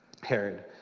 Herod